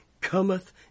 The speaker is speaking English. cometh